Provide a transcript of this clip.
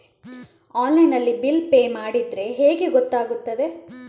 Online ನಲ್ಲಿ bill pay ಮಾಡಿದ್ರೆ ಹೇಗೆ ಗೊತ್ತಾಗುತ್ತದೆ?